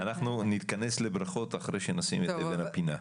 אנחנו, אני נתכנס לברכות אחרי שנשים את אבן הפינה.